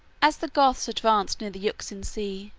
as the goths advanced near the euxine sea,